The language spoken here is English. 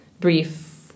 brief